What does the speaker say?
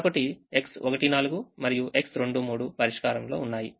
మరొకటి X14 మరియు X23 పరిష్కారంలో ఉన్నాయి